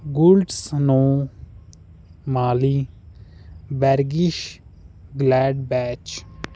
gold ਸਨੋ ਮਾਲੀ ਵੈਰਗਿਸ਼ ਗਲੈਡ ਬੈਚ